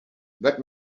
that